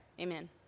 Amen